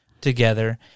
together